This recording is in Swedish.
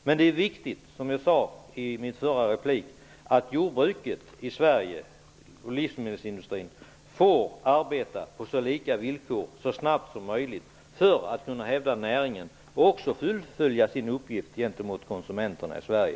Men som jag sade i min förra replik är det viktigt att jordbruket och livsmedelsindustrin i Sverige så snabbt som möjligt får arbeta på samma villkor som de näringsgrenarna inom EU, detta för att kunna hävda näringen och även fullfölja sin uppgift gentemot konsumenterna i Sverige.